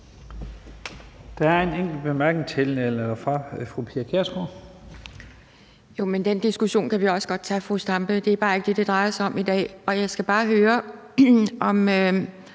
Der er en enkelt kort bemærkning fra fru Pia Kjærsgaard. Kl. 18:08 Pia Kjærsgaard (DF): Men den diskussion kan vi også godt tage, fru Zenia Stampe. Det er bare ikke det, det drejer sig om i dag. Jeg skal bare høre om